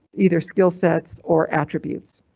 either skill sets or attributes.